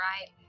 right